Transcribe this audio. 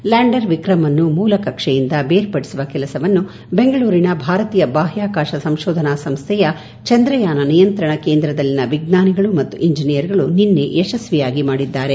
lander Vikram ಅನ್ನು ಮೂಲ ಕಕ್ಷೆಯಿಂದ ಬೇರ್ಪಡಿಸುವ ಕೆಲಸವನ್ನು ಬೆಂಗಳೂರಿನ ಭಾರತೀಯ ಬಾಹ್ವಾಕಾಶ ಸಂಶೋಧನಾ ಸಂಸ್ವೆಯ ಚಂದ್ರಯಾನ ನಿಯಂತ್ರಣ ಕೇಂದ್ರದಲ್ಲಿನ ವಿಜ್ವಾನಿಗಳು ಮತ್ತು ಇಂಜೆನಿಯರ್ಗಳು ನಿನ್ನೆ ಯಶಸ್ವಿಯಾಗಿ ಮಾಡಿದ್ದಾರೆ